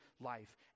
life